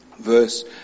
Verse